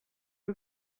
you